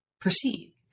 proceed